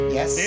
Yes